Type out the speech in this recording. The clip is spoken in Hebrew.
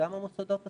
גם המוסדות עצמם,